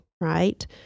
right